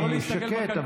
אני שקט,